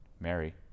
Mary